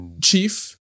chief